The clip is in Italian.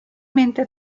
mentre